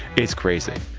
it's crazy.